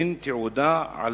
הן תעודה על